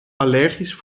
allergisch